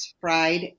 fried